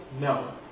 No